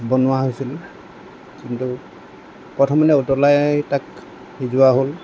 বনোৱা হৈছিল কিন্তু প্ৰথমতে উতলাই তাক সিজোৱা হ'ল